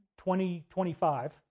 2025